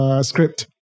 script